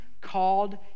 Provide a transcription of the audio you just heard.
called